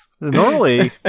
Normally